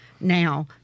Now